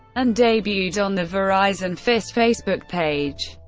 and debuted on the verizon and fios facebook page.